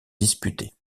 disputées